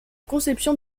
conception